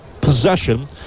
possession